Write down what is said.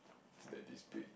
it's like this big